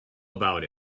about